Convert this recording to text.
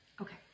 Okay